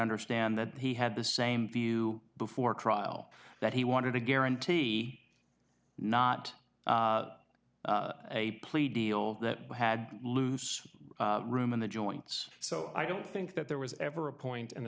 understand that he had the same view before trial that he wanted a guarantee not a plea deal that had loose room in the joints so i don't think that there was ever a point and the